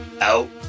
Out